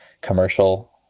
commercial